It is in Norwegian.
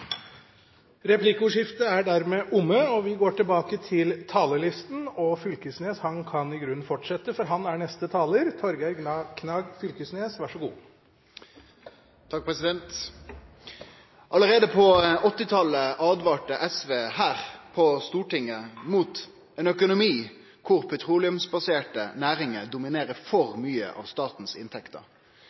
Replikkordskiftet er dermed omme. Allereie på 1980-talet åtvara SV her på Stortinget mot ein økonomi der petroleumsbaserte næringar dominerer for mykje av statens inntekter.